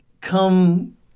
come